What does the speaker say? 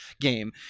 game